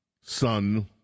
son